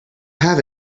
have